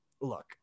look